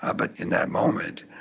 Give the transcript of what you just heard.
ah but in that moment,